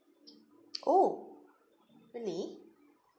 oh really